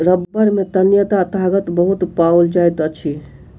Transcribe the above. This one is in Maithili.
रबड़ में तन्यता ताकत बहुत पाओल जाइत अछि